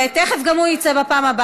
(חבר הכנסת איימן עודה יוצא מאולם המליאה.) תכף גם הוא יצא.